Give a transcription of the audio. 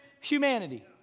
humanity